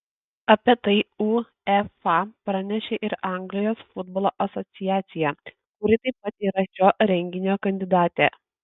apie tai uefa pranešė ir anglijos futbolo asociacija kuri taip pat yra šio renginio kandidatė